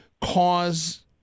cause